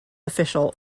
official